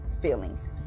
feelings